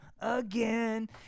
again